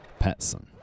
Petson